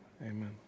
amen